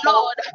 Lord